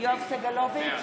יואב סגלוביץ'